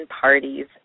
parties